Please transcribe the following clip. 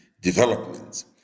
developments